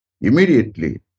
immediately